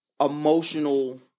emotional